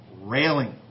railing